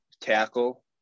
tackle